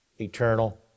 eternal